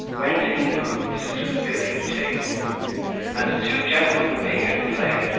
went in boots to the billiard table and, two gentlemen being at play,